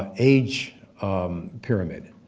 ah age um pyramid.